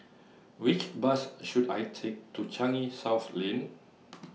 Which Bus should I Take to Changi South Lane